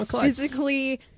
physically